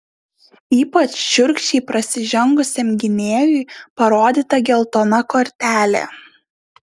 ypač šiurkščiai prasižengusiam gynėjui parodyta geltona kortelė